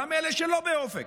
גם אלה שלא באופק,